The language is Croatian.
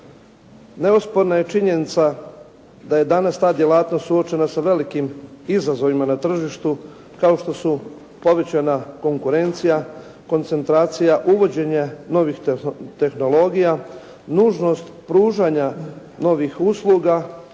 Neosporna je činjenica da je danas ta djelatnost suočena sa velikim izazovima na tržištu kao što su povećana konkurencija, koncentracija uvođenja novih tehnologija, nužnost pružanja novih usluga